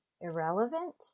irrelevant